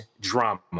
drama